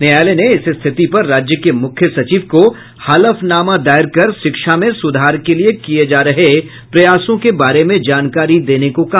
न्यायालय ने इस स्थिति पर राज्य के मुख्य सचिव को हलफनामा दायर कर शिक्षा में सुधार के लिये किये जा रहे प्रयासों के बारे में जानकारी देने को कहा